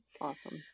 Awesome